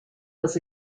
was